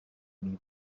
میوه